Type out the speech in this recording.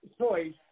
choice